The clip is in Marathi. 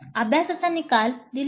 अभ्यासाचा निकाल ta